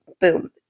boom